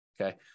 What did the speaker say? okay